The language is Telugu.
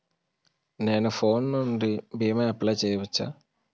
నేను ఫోన్ నుండి భీమా అప్లయ్ చేయవచ్చా?